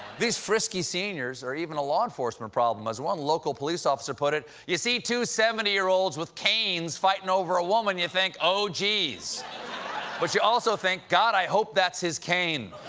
these frisky seniors are even a law enforcement problem. as one local police officer put it, you see two seventy year olds with canes fighting over a woman and you think, oh, jeez but you also think god, i hope that's his cane.